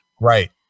Right